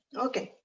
okay.